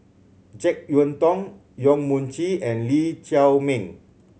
Jek Yeun Thong Yong Mun Chee and Lee Chiaw Meng